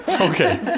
Okay